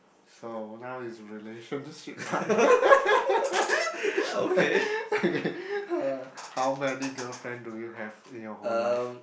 so now is relationship part okay uh how many girlfriend do you have in your whole life